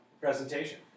Presentation